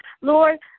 Lord